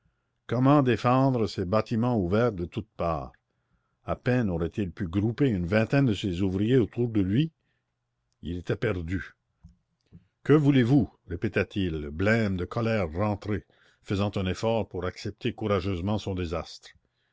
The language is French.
comment défendre ces bâtiments ouverts de toutes parts a peine aurait-il pu grouper une vingtaine de ses ouvriers autour de lui il était perdu que voulez-vous répéta-t-il blême de colère rentrée faisant un effort pour accepter courageusement son désastre